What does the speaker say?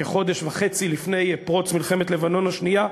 כחודש וחצי לפני פרוץ מלחמת לבנון השנייה.